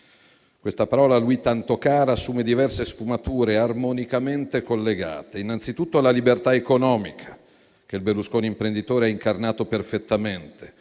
Questa parola, a lui tanto cara, assume diverse sfumature, armonicamente collegate. Innanzitutto c'è la libertà economica, che il Berlusconi imprenditore ha incarnato perfettamente.